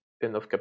enough